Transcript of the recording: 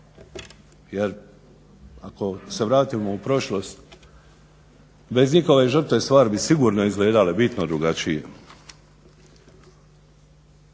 Jer ako se vratimo u prošlost, bez njihove žrtve stvari bi sigurno izgledale bitno drugačije.